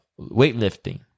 weightlifting